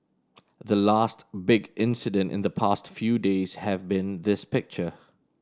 the last big incident in the past few days have been this picture